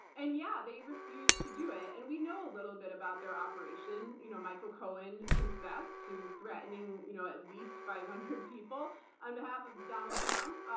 and yeah. they refused to do it. and we know a little bit about their operation. you know michael cohen confessed to threatening you know at least five hundred people on behalf of donald trump.